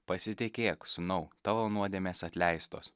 pasitikėk sūnau tavo nuodėmės atleistos